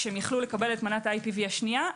כשהיו יכולים לקבל מנת ה- IPVהשנייה,